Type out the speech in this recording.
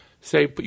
Say